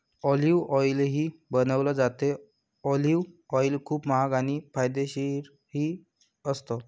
olive ऑईलही बनवलं जातं, ऑलिव्ह ऑईल खूप महाग आणि फायदेशीरही असतं